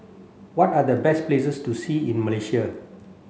what are the best places to see in Malaysia